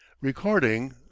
Recording